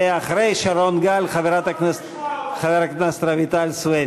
ואחרי שרון גל, חברת הכנסת רויטל סויד.